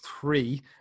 three